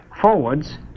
forwards